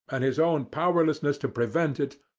and his own powerlessness to prevent it,